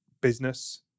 business